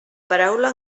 paraula